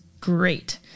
great